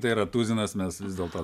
tai yra tuzinas mes vis dėl to